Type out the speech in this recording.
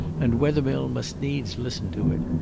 and wethermill must needs listen to it.